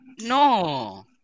no